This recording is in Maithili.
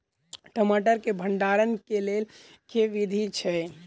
टमाटर केँ भण्डारण केँ लेल केँ विधि छैय?